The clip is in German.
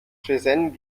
shenzhen